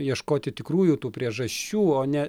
ieškoti tikrųjų tų priežasčių o ne